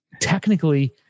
technically